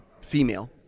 female